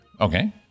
okay